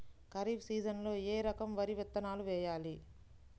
ఖరీఫ్ సీజన్లో ఏ రకం వరి విత్తనాలు వేయాలి?